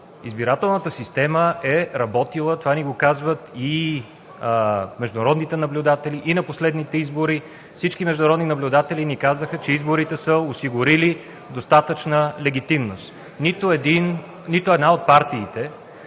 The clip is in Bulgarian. избирателната система е работила – това ни го казват и международните наблюдатели. На последните избори всички международни наблюдатели ни казаха, че изборите са осигурили достатъчна легитимност. Нито една от партиите,